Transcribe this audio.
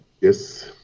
Yes